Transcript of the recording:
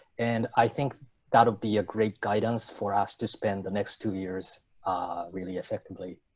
and i think that'll be a great guidance for us to spend the next two years really effectively.